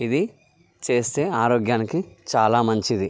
ఇది చేస్తే ఆరోగ్యానికి చాలా మంచిది